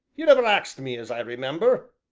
you never axed me as i remember,